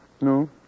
No